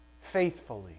Faithfully